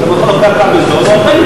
הוא לוקח קרקע בזול ונותן,